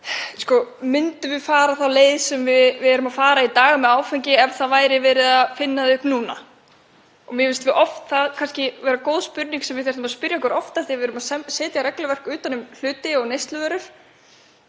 Myndum við fara þá leið sem við erum að fara í dag með áfengi ef verið væri að finna það upp núna? Mér finnst það vera góð spurning sem við ættum að spyrja okkur oftar þegar við erum að setja regluverk utan um hluti og neysluvörur,